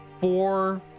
four